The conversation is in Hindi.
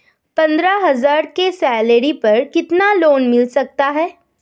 पंद्रह हज़ार की सैलरी पर कितना लोन मिल सकता है?